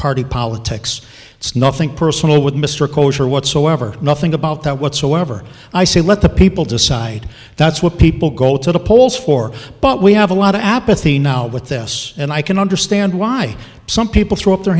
party politics it's nothing personal with mr cocksure whatsoever nothing about that whatsoever i say let the people decide that's what people go to the polls for but we have a lot of apathy now with this and i can understand why some people throw up their